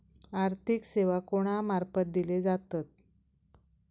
आर्थिक सेवा कोणा मार्फत दिले जातत?